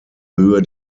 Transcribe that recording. höhe